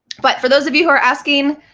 but for those of you who are asking,